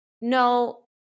No